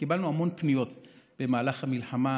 קיבלנו המון פניות במהלך המלחמה